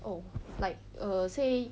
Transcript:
oh like err say